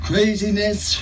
Craziness